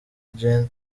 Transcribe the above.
gen